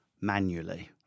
manually